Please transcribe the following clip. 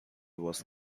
was